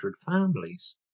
families